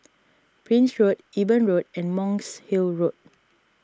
Prince Road Eben Road and Monk's Hill Road